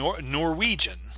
norwegian